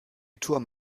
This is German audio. turm